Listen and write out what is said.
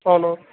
అవును